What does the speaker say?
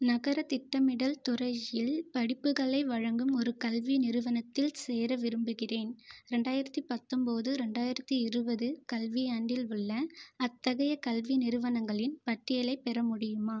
நகரத் திட்டமிடல் துறையில் படிப்புகளை வழங்கும் ஒரு கல்வி நிறுவனத்தில் சேர விரும்புகிறேன் ரெண்டாயிரத்து பத்தொம்போது ரெண்டாயிரத்து இருபது கல்வியாண்டில் உள்ள அத்தகைய கல்வி நிறுவனங்களின் பட்டியலைப் பெற முடியுமா